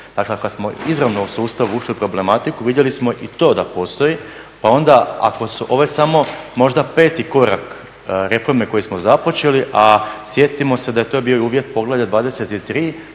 Dakle ako smo izravno u sustavu ušli u problematiku vidjeli smo da i to postoji, pa onda ovo je samo možda peti korak reforme koju smo započeli, a sjetimo da se je to bio uvjet poglavlja 23